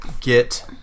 get